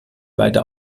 weiter